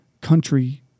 country